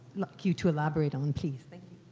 like you to elaborate on, please, thank